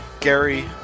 Gary